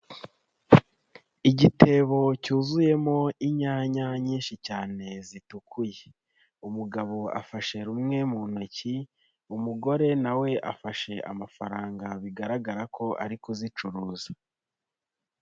Igitebo cyuzuyemo inyanya nyinshi cyane zitukuye, umugabo afashe rumwe mu ntoki umugore na we afashe amafaranga bigaragara ko ari kuzicuruza.